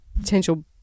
potential